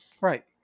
right